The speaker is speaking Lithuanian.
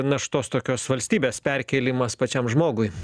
naštos tokios valstybės perkėlimas pačiam žmogui